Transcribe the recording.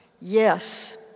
yes